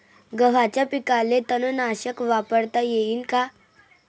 गव्हाच्या पिकाले तननाशक वापरता येईन का?